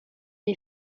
est